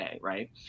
right